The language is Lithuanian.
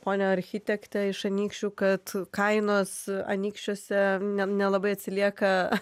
pone architekte iš anykščių kad kainos anykščiuose ne nelabai atsilieka